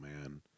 man